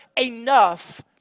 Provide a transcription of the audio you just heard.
enough